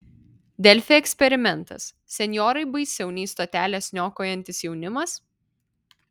delfi eksperimentas senjorai baisiau nei stoteles niokojantis jaunimas